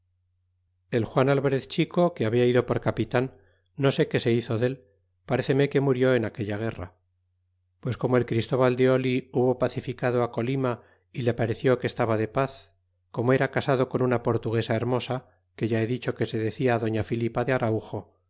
el juan alvarez chico que habla ido por capitan no sé qué se hizo dél paréceme que murió en aquella guerra pues como el christóbal de oh hubo pacificado colima y le pareció que estaba de paz como era casado con una portuguesa hermosa que ya he dicho que se decia doña filipa de araujo